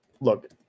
look